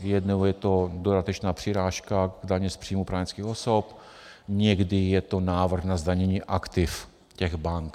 Jednou je to dodatečná přirážka k dani z příjmů právnických osob, někdy je to návrh na zdanění aktiv těch bank.